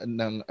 ng